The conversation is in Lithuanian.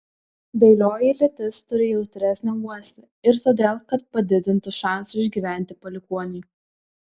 dailioji lytis turi jautresnę uoslę ir todėl kad padidintų šansus išgyventi palikuoniui